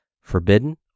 forbidden